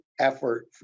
effort